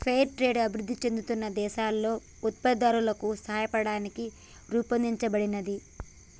fair trade అభివృద్ధి చెందుతున్న దేశాలలో ఉత్పత్తిదారులకు సాయపడటానికి రూపొందించబడినది